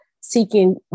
seeking